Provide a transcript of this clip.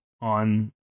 on